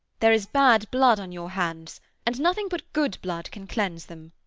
there is bad blood on your hands and nothing but good blood can cleanse them.